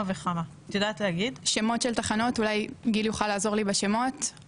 אולי גיל יוכל לעזור לי בשמות של תחנות.